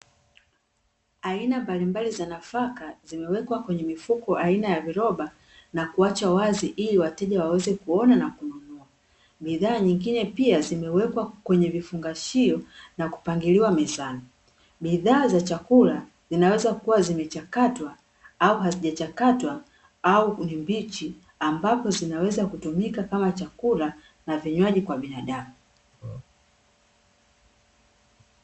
Aina mbalimbali za nafaka zimewekwa kwenye mifuko aina ya viroba na kuachwa wazi ili wateja waweze kuona na kununua. Bidhaa nyingine pia zimewekwa kwenye vufungashio na kupangiliwa mezani. Bidhaa za chakula zinaweza kuwa zimechakatwa au hazijachakatwa au ni mbichi, ambapo zinaweza kutumika kama chakula na vinywaji kwa binadamu.